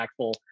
impactful